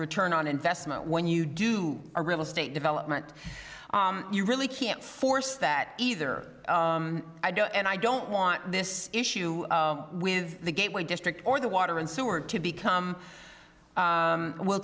return on investment when you do a real estate development you really can't force that either i don't and i don't want this issue with the gateway district or the water and sewer to become